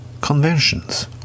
Conventions